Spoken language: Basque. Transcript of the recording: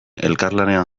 elkarlanean